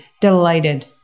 Delighted